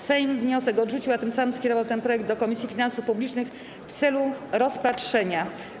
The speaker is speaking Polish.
Sejm wniosek odrzucił, a tym samym skierował ten projekt do Komisji Finansów Publicznych w celu rozpatrzenia.